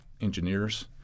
engineers